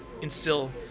instill